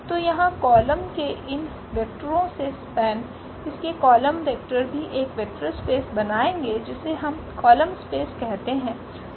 तो यहाँ कॉलम के इन वैक्टरों से स्पेन इसके कॉलम वेक्टर भी एक वेक्टर स्पेस बनाएंगे जिसे हम कॉलम स्पेस कहते हैं